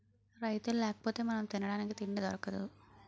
రైతులు లేకపోతె మనం తినడానికి తిండి దొరకదు